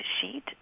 sheet